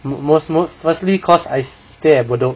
mo~ mo~ mostly cause I stay at bedok